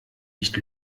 nicht